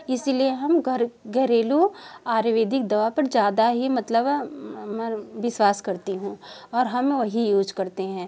इसीलिए हम घर घरेलू आयुरवेदिक दवा पर ज़्यादा ही मतलब विश्वास करती हूँ और वही यूज करते हैं